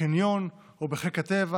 בקניון או בחיק הטבע.